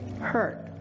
hurt